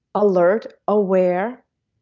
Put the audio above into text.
alert, aware,